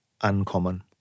uncommon